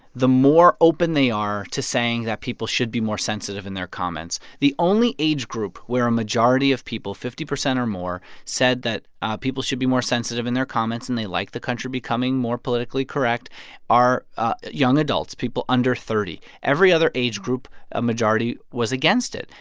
the more open they are to saying that people should be more sensitive in their comments. the only age group where a majority of people fifty percent or more said that people should be more sensitive in their comments and they like the country becoming more politically correct are young adults, people under thirty point every other age group a majority was against it.